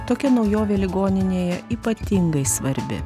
tokia naujovė ligoninėje ypatingai svarbi